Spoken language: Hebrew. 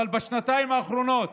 בשנתיים האחרונות,